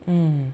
mm